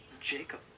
Jacob